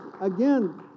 again